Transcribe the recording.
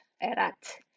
Erat